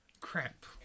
Crap